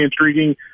intriguing